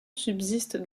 subsistent